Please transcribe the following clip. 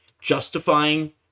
justifying